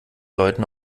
leuten